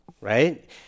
right